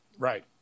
Right